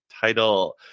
title